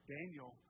Daniel